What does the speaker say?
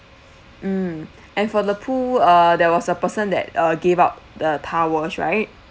mm and for the pool uh there was a person that uh gave out the towels right